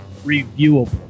reviewable